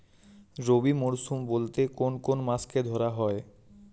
রবি মরশুম বলতে কোন কোন মাসকে ধরা হয়?